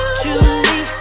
truly